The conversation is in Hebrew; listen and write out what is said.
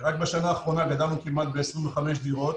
רק בשנה האחרונה גדלנו בכמעט 25 דירות.